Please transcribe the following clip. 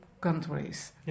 countries